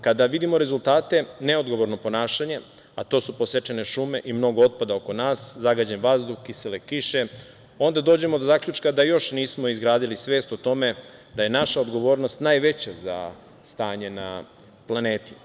Kada vidimo rezultate neodgovornog ponašanja, a to su posečene šume i mnogo otpada oko nas, zagađen vazduh, kisele kiše, onda dođemo do zaključka da još nismo izgradili svest o tome da je naša odgovornost najveća za stanje na planeti.